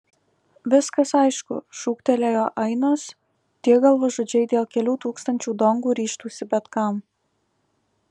viskas aišku šūktelėjo ainas tie galvažudžiai dėl kelių tūkstančių dongų ryžtųsi bet kam